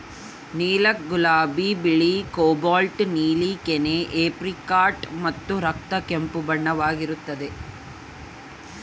ನೀಲಕ ಗುಲಾಬಿ ಬಿಳಿ ಕೋಬಾಲ್ಟ್ ನೀಲಿ ಕೆನೆ ಏಪ್ರಿಕಾಟ್ ಮತ್ತು ರಕ್ತ ಕೆಂಪು ಬಣ್ಣವಾಗಿರುತ್ತದೆ